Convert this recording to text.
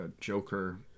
Joker